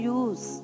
use